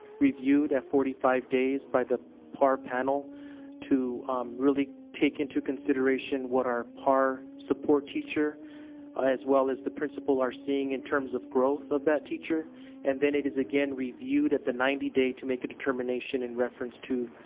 reviewed at forty five days by the par panel to really take into consideration what our par support teacher as well as the principal are seeing in terms of growth of that teacher and then it is again reviewed at the ninety day to make a determination in reference to